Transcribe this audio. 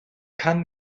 kann